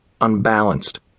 unbalanced